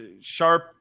Sharp